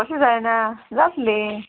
कशी जायना जातली